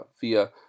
via